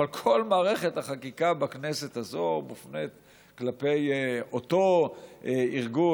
אבל כל מערכת החקיקה בכנסת הזאת מופנית כלפי אותו ארגון,